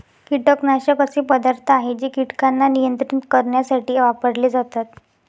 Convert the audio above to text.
कीटकनाशक असे पदार्थ आहे जे कीटकांना नियंत्रित करण्यासाठी वापरले जातात